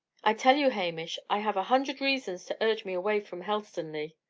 i tell you, hamish, i have a hundred reasons to urge me away from helstonleigh.